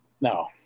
No